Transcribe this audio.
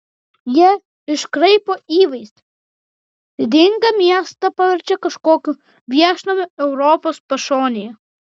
jie iškraipo įvaizdį didingą miestą paverčia kažkokiu viešnamiu europos pašonėje